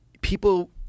People